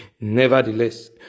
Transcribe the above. Nevertheless